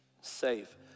safe